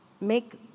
make